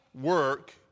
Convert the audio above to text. work